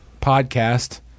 podcast